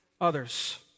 others